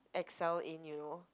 excel in you know